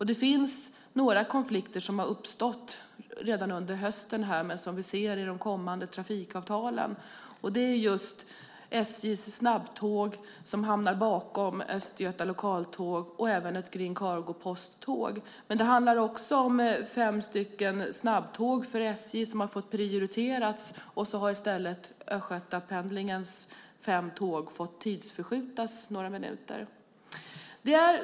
Det är några konflikter som har uppstått redan under hösten och som vi ser över i de kommande trafikavtalen. Ett exempel är när SJ:s snabbtåg hamnar bakom ett Östgöta lokaltåg och även ett Green Cargo-posttåg. Men det handlar också om fem snabbtåg från SJ som har fått prioriteras och att i stället Östgötapendelns fem tåg har fått tidsförskjutas några minuter.